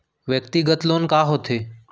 व्यक्तिगत लोन का होथे?